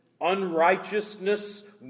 unrighteousness